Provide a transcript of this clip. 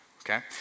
okay